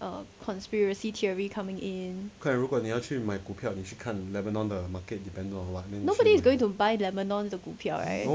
a conspiracy theory coming in nobody is going to buy lebanon 的股票 right